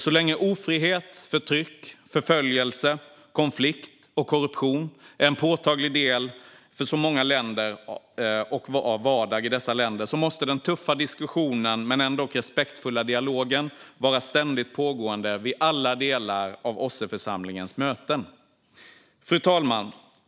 Så länge ofrihet, förtryck, förföljelse, konflikt och korruption är en påtaglig del av vardagen i många av dessa länder måste den tuffa diskussionen men ändock respektfulla dialogen vara ständigt pågående vid alla delar av OSSE-församlingens möten. Fru talman!